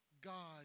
God